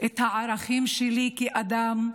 את הערכים שלי כאדם,